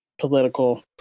political